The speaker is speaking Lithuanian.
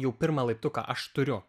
jau pirmą laiptuką aš turiu